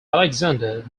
alexander